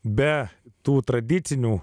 be tų tradicinių